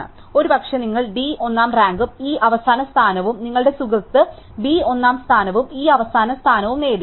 അതിനാൽ ഒരുപക്ഷേ നിങ്ങൾ D ഒന്നാം റാങ്കും E അവസാന സ്ഥാനവും നിങ്ങളുടെ സുഹൃത്ത് B ഒന്നാം സ്ഥാനവും E അവസാന സ്ഥാനവും നേടി